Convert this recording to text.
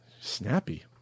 Snappy